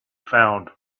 found